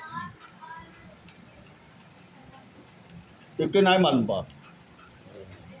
दिवाली में एकर चोखा बना के भगवान जी चढ़ावल जाला